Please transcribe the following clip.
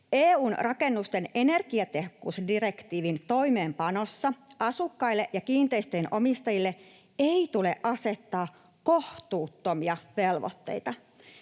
EU:n rakennusten energiatehokkuusdirektiivin toimeenpanossa asukkaille ja kiinteistöjen omistajille ei tule asettaa kohtuuttomia velvoitteita.